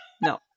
No